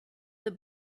the